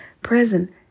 present